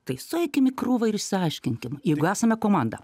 tai sueikim į krūvą ir išsiaiškinkim jeigu esame komanda